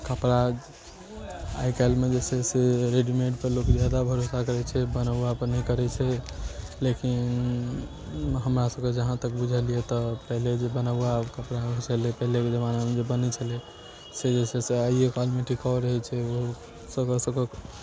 कपड़ा आइ काल्हिमे जे छै से रेडीमेडपर लोक ज्यादा भरोसा करै छै बनौआपर नहि करै छै लेकिन हमरासभके जहाँ तक बुझल यए तऽ पहिले जे बनौआ कपड़ा होइ छलै पहिलेके जमानामे जे बनै छलै से जे छै से आइयो काल्हिमे टिकाउ रहै छै